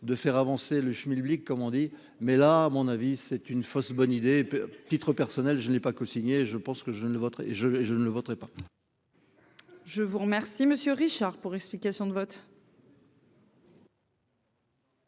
de faire avancer le schmilblick comme on dit, mais là, à mon avis, c'est une fausse bonne idée, titre personnel, je n'ai pas cosigné, je pense que je ne le voterai et